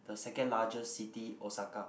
the second largest city Osaka